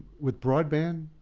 with broadband,